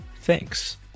Thanks